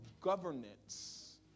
governance